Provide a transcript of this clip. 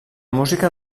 música